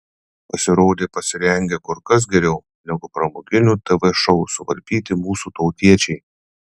pasirodė pasirengę kur kas geriau negu pramoginių tv šou suvarpyti mūsų tautiečiai